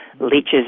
leeches